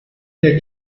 der